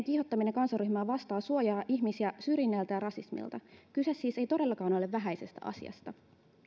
kiihottaminen kansanryhmää vastaan suojaa ihmisiä syrjinnältä ja rasismilta kyse siis ei todellakaan ole vähäisestä asiasta